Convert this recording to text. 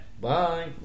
Bye